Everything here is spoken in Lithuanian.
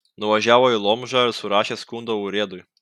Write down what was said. nuvažiavo į lomžą ir surašė skundą urėdui